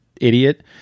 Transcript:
idiot